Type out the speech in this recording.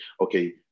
okay